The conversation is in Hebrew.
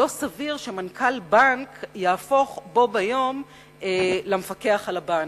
לא סביר שמנכ"ל בנק יהפוך בו ביום למפקח על הבנקים.